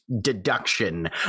deduction